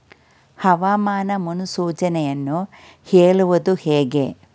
ಹವಾಮಾನ ಮುನ್ಸೂಚನೆಯನ್ನು ಹೇಳುವುದು ಹೇಗೆ?